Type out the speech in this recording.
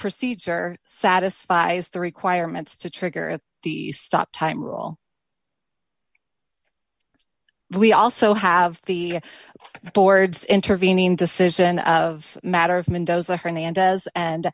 procedure satisfies the requirements to trigger the stop time rule we also have the board's intervening decision of matter of mendoza hernandez and